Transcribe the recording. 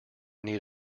need